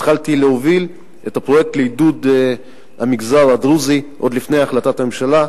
התחלתי להוביל את הפרויקט לעידוד המגזר הדרוזי עוד לפני החלטת הממשלה,